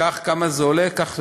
כמה זה עולה, כך וכך?